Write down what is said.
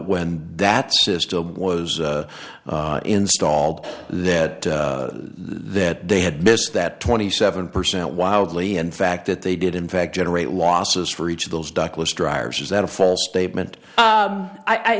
when that system was installed that that they had missed that twenty seven percent wildly in fact that they did in fact generate losses for each of those douglas dryers is that a false statement